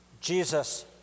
Jesus